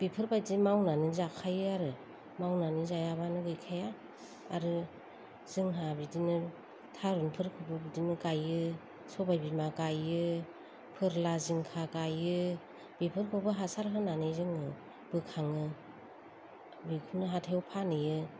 बेफोरबादि मावनै जाखायो आरो मावनानै जायाबोनो गैखाया आरो जोंहा बिदिनो थारुनफोरखौबो बिदिनो गायो सबाय बिमा गायो फोरला जिंखा गायो बेफोरखौबो हासार होनानै जोङो बोखाङो बेखौनो हाथायाव फानहैयो